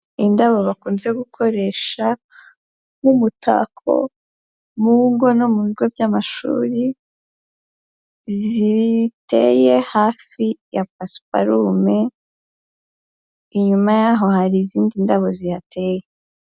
Indabo bakunze gukoresha nk'umutako mu ngo no mu bigo by'amashuri, ziteye hafi ya pasiparume, inyuma yaho hari izindi ndabo zihateye.